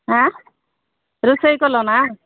ଆଁ ରୋଷେଇ କଲ ନା